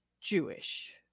jewish